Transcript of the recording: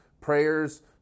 prayers